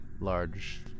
large